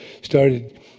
started